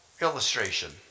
illustration